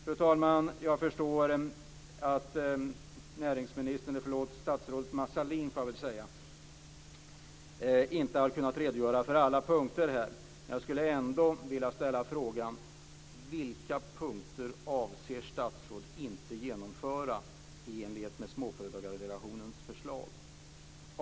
Fru talman! Jag förstår att statsrådet Mona Sahlin inte har kunna redogöra för alla punkter här. Men jag skulle ändå vilja ställa frågan: Vilka punkter avser statsrådet inte genomföra i enlighet med Småföretagsdelegationens förslag?